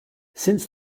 since